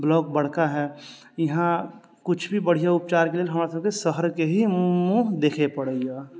block बड़का है इहाँ कुछ भी बढ़िऑं उपचार के लेल हमरा सभके शहर के ही मुँह देखे पड़ैए